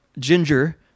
Ginger